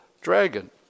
dragon